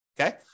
Okay